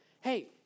Hey